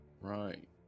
Right